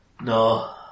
no